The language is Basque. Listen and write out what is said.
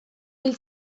hil